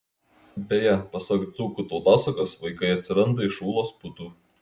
beje pasak dzūkų tautosakos vaikai atsiranda iš ūlos putų